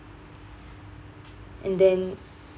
and then